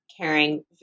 caring